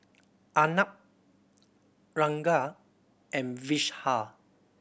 Arnab Ranga and Vishal